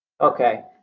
Okay